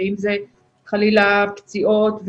ואם זה חלילה פציעות,